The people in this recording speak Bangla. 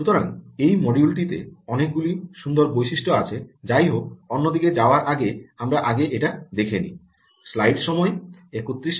সুতরাং এই মডিউলটিতে অনেক গুলি সুন্দর বৈশিষ্ট্য আছে যাইহোক অন্যদিকে যাওয়ার আগে আমরা আগে এটি দেখি